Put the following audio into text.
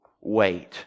wait